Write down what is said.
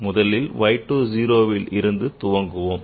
முதலில் Y 2 0 ல் இருந்து தொடங்குவோம்